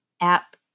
app